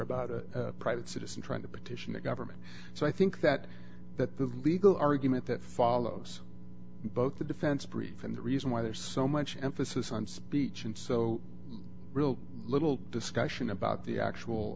a private citizen trying to petition the government so i think that that the legal argument that follows both the defense brief and the reason why there's so much emphasis on speech and so little discussion about the actual